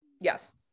Yes